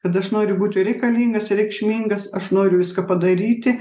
kad aš noriu būti reikalingas reikšmingas aš noriu viską padaryti